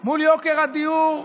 בעיניים מול יוקר הדיור,